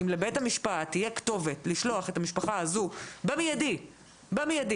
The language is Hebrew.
אם לבית המשפט תהיה כתובת לשלוח את המשפחה הזו במיידי לטיפול